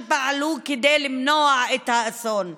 שפעלו כדי למנוע את האסון.